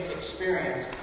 experience